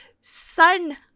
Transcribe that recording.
son